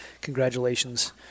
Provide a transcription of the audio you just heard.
congratulations